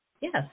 Yes